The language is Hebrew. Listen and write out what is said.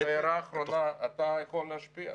הערה האחרונה, אתה יכול להשפיע.